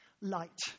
light